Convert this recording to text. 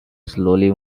slowly